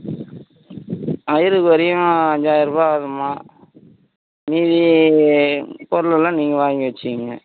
ஐயருக்கு வரைக்கும் அஞ்சாயர ரூபாய் ஆகும்மா மீதி பொருளெல்லாம் நீங்கள் வாங்கி வைச்சுக்கிங்க